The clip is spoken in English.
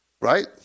Right